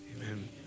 amen